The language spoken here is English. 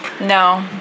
No